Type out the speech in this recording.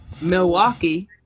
Milwaukee